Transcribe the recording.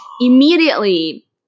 Immediately